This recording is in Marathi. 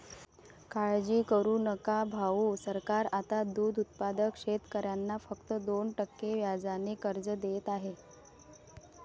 काळजी करू नका भाऊ, सरकार आता दूध उत्पादक शेतकऱ्यांना फक्त दोन टक्के व्याजाने कर्ज देत आहे